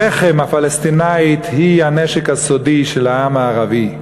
הרחם הפלסטיני הוא הנשק הסודי של העם הערבי.